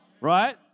Right